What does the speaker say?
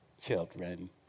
children